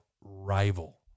rival